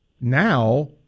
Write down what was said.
now